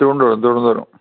Thiruvananthapuram Thiruvananthapuram